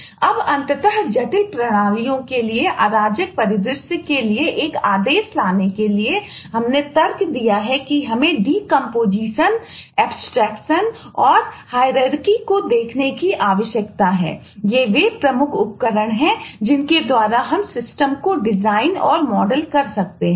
अब अंततः जटिल प्रणालियों के अराजक परिदृश्य के लिए एक आदेश लाने के लिए हमने तर्क दिया कि हमें डीकंपोजीशन कर सकते हैं